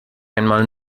einmal